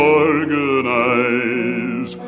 organize